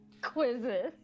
quizzes